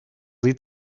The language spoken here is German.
sie